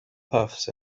puffs